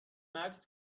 مکث